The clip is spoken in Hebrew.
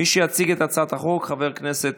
מי שיציג את הצעת החוק הוא חבר הכנסת